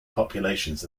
populations